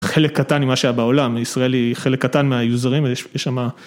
חלק קטן ממה שהיה בעולם, ישראל היא חלק קטן מהיוזרים ויש שם.